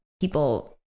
people